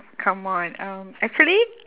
come on um actually